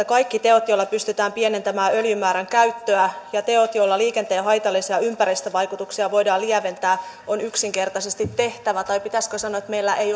kaikki teot joilla pystytään pienentämään öljyn määrän käyttöä ja teot joilla liikenteen haitallisia ympäristövaikutuksia voidaan lieventää on yksinkertaisesti tehtävä tai pitäisikö sanoa että meillä ei